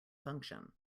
function